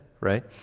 right